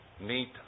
meet